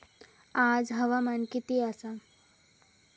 आज हवामान किती आसा?